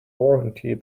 warranty